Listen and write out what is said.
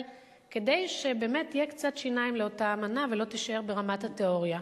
כדי שבאמת יהיו קצת שיניים לאותה אמנה והיא לא תישאר ברמת התיאוריה.